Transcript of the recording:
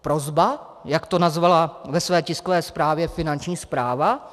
Prosba, jak to nazvala ve své tiskové zprávě Finanční správa?